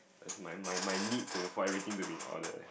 my my my need to for everything to be in order